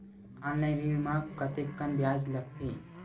Online ऋण म कतेकन ब्याज लगथे?